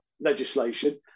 legislation